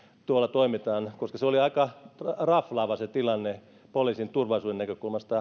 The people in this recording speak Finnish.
tuolla toimitaan koska oli aika raflaava se tilanne poliisin turvallisuuden näkökulmasta